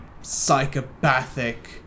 psychopathic